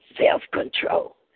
self-control